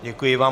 Děkuji vám.